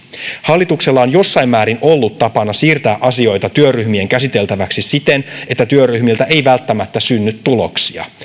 hallituksella on jossain määrin ollut tapana siirtää asioita työryhmien käsiteltäväksi siten että työryhmiltä ei välttämättä synny tuloksia